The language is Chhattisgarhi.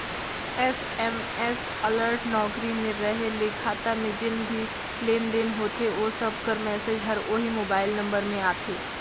एस.एम.एस अलर्ट नउकरी में रहें ले खाता में जेन भी लेन देन होथे ओ सब कर मैसेज हर ओही मोबाइल नंबर में आथे